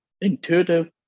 intuitive